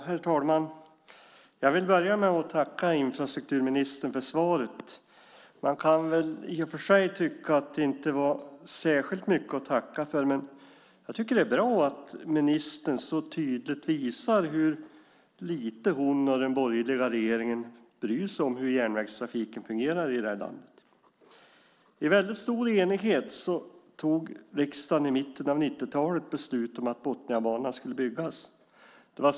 Herr talman! Jag vill börja med att tacka infrastrukturministern för svaret. Man kan väl i och för sig tycka att det inte är särskilt mycket att tacka för, men samtidigt är det bra att ministern så tydligt visar hur lite hon och den borgerliga regeringen bryr sig om hur järnvägstrafiken fungerar i det här landet. I stor enighet fattade riksdagen i mitten av 90-talet beslut om att Botniabanan skulle byggas.